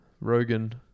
Rogan